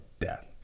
death